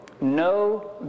no